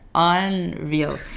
unreal